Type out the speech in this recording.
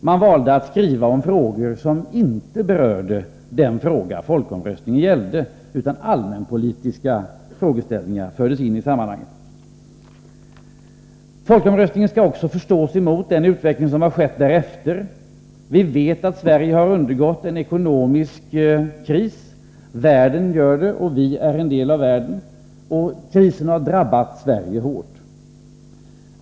Man valde att skriva om ämnen som inte berörde den fråga folkomröstningen gällde — allmänpolitiska frågeställningar fördes in i sammanhanget. Folkomröstningen skall också förstås med hänsyn till den utveckling som har skett därefter. Vi vet att Sverige har undergått en ekonomisk kris — världen gör det, och vi är en del av världen. Krisen har drabbat Sverige hårt.